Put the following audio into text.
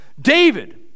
David